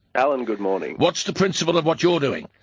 alan, good morning. what's the principle of what you are doing?